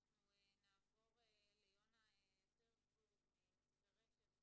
אנחנו נעבור ליונה פרסבורגר מ"נתיבי רשת".